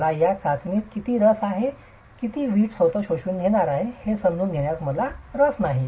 मला या चाचणीत किती रस आहे किती वीट स्वतः शोषून घेणार आहे हे समजून घेण्यात मला रस नाही